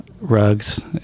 rugs